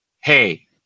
hey